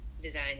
design